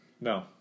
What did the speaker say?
No